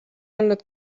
olnud